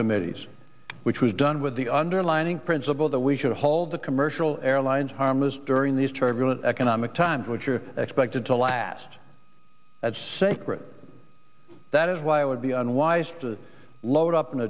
committees which was done with the underlining principle that we should hold the commercial airlines harmless during these turbulent economic times which are expected to last as sacred that is why it would be unwise to load up an